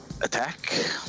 attack